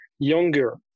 younger